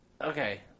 Okay